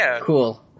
cool